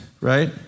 right